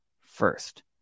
first